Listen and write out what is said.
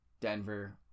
Denver